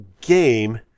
game